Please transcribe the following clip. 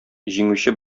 җиңүче